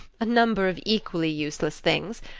a number of equally useless things.